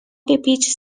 بپیچ